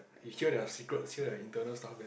you hear their secrets here like internal staff there